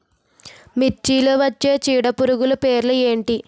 మిర్చిలో వచ్చే చీడపురుగులు పేర్లు ఏమిటి?